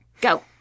Go